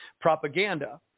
propaganda